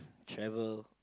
travel